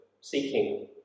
seeking